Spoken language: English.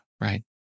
right